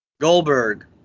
Goldberg